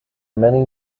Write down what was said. many